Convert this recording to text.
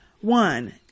one